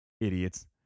Idiots